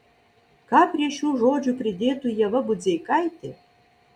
ką prie šių žodžių pridėtų ieva budzeikaitė